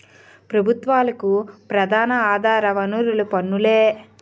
ప్రభుత్వాలకు ప్రధాన ఆధార వనరులు పన్నులే